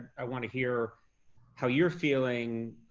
i wanna hear how you're feeling